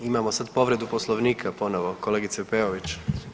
Imamo sada povredu Poslovnika ponovo, kolegica Peović.